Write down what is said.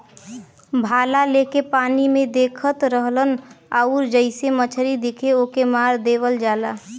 भाला लेके पानी में देखत रहलन आउर जइसे मछरी दिखे ओके मार देवल जाला